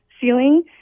ceiling